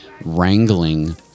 wrangling